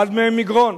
אחד מהם מגרון.